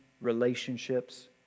relationships